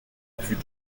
fut